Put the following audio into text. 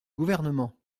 gouvernement